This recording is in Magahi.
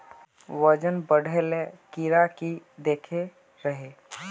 वजन बढे ले कीड़े की देके रहे?